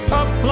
up